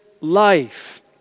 life